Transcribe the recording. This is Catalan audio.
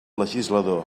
legislador